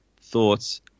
thoughts